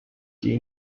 die